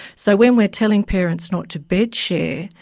so when we're telling parents not to bedshare,